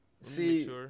See